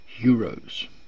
euros